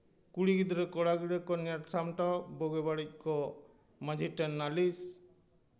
ᱠᱩᱲᱤ ᱜᱤᱫᱽᱨᱟᱹ ᱠᱚᱲᱟ ᱜᱤᱫᱽᱨᱟᱹ ᱠᱚ ᱧᱮᱞ ᱥᱟᱢᱴᱟᱣ ᱵᱩᱜᱤ ᱵᱟᱹᱲᱤᱡᱽ ᱠᱚ ᱢᱟᱺᱡᱷᱤ ᱴᱷᱮᱱ ᱱᱟᱹᱞᱤᱥ